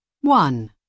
One